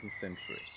century